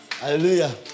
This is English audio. Hallelujah